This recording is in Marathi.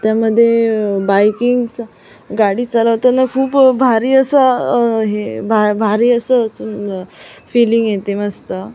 त्यामध्ये बायकिंगच्या गाडी चालवताना खूप भारी असं हे भा भारी असंच फीलिंग येते मस्त